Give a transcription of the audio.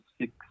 six